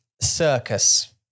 circus